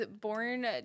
born